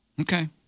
Okay